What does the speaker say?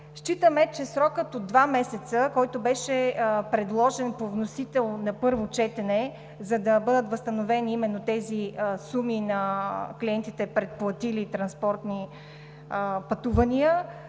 Считаме, че срокът от два месеца, който беше предложен по вносител на първо четене, за да бъдат възстановени именно тези суми на клиентите, предплатили транспортни пътувания,